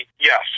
yes